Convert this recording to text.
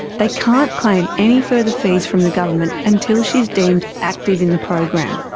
they can't claim any further fees from the government until she's deemed active in the program.